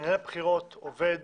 מנהל הבחירות עובד